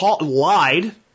lied